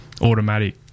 automatic